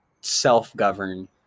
self-govern